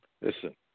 Listen